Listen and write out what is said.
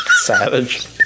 Savage